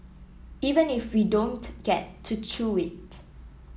even if we don't get to chew it